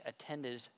attended